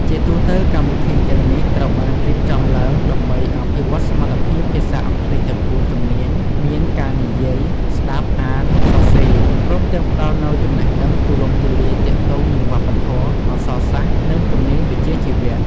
ជាទូទៅ កម្មវិធីទាំងនេះត្រូវបានរៀបចំឡើងដើម្បីអភិវឌ្ឍសមត្ថភាពភាសាអង់គ្លេសទាំង ៤ ជំនាញមាន ការនិយាយ ស្តាប់ អាន សរសេរ ព្រមទាំងផ្តល់នូវចំណេះដឹងទូលំទូលាយទាក់ទងនឹងវប្បធម៌ អក្សរសាស្ត្រ និងជំនាញវិជ្ជាជីវៈ។